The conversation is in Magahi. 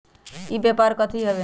ई व्यापार कथी हव?